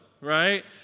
right